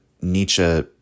Nietzsche